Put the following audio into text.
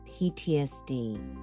PTSD